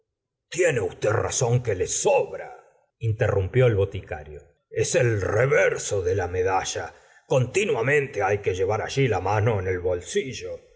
tiene usted razón que le sobra interrumpió el boticario es el reverso de la medalla continuamente hay que llevar allí la mano en el bolsillo